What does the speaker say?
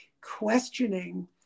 questioning